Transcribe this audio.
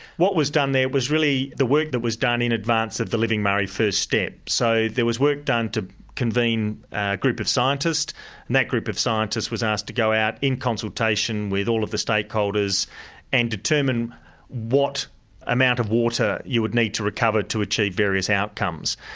what was done there was really the work that was done in advance of the living murray first step. so there was work done to convene a group of scientists, and that group of scientists was asked to go out in consultation with all of the stakeholders and determine what amount of water you would need to recover to achieve various outcomes.